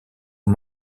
aux